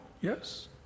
Yes